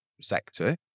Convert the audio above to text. sector